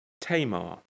Tamar